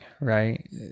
right